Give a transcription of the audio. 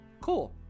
Cool